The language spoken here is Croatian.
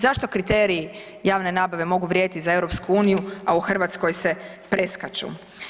Zašto kriteriji javne nabave mogu vrijediti za EU, a u Hrvatskoj se preskaču?